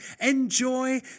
enjoy